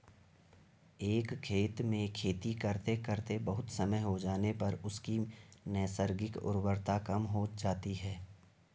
एक खेत में खेती करते करते बहुत समय हो जाने पर उसकी नैसर्गिक उर्वरता कम हो जाती है